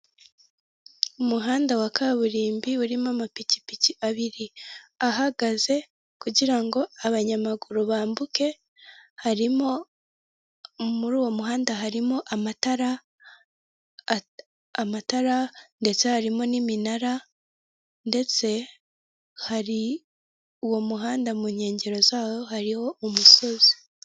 Umuhanda wa kaburimbo urimo amapikipiki abiri ahagaze kugira ngo abanyamaguru bambuke, harimo muri uwo muhanda harimo amatara ndetse harimo n'iminara, ndetse hari uwo muhanda mu nkengero zawo hariho umusozi.